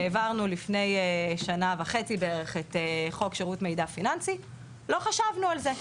שכשהעברנו לפני שנה וחצי בערך את חוק שירות מידע פיננסי לא חשבנו על זה.